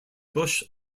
bush